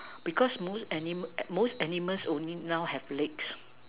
because most animals most animals only now have legs